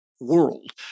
world